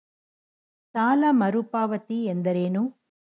ಸಾಲ ಮರುಪಾವತಿ ಎಂದರೇನು?